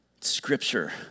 Scripture